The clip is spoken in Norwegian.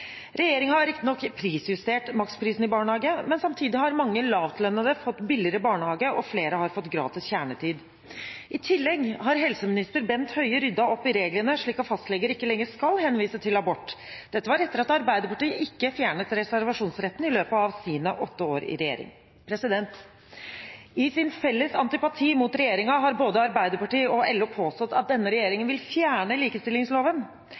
prisjustert maksprisen i barnehage, men samtidig har mange lavtlønnede fått billigere barnehage, og flere har fått gratis kjernetid. I tillegg har helseminister Bent Høie ryddet opp i reglene, slik at fastleger ikke lenger skal henvise til abort. Dette var etter at Arbeiderpartiet ikke fjernet reservasjonsretten i løpet av sine åtte år i regjering. I sin felles antipati mot regjeringen har både Arbeiderpartiet og LO påstått at denne